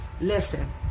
Listen